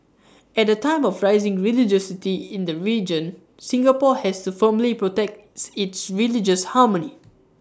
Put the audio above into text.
at A time of rising religiosity in the region Singapore has to firmly protect its religious harmony